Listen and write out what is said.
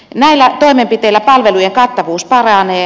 näillä toimenpiteillä palvelujen kattavuus paranee